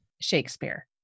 Shakespeare